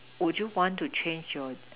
would you want to change your